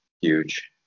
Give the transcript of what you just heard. huge